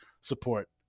support